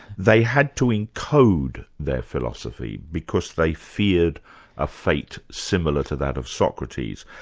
they had to encode their philosophy, because they feared a fate similar to that of socrates.